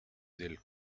del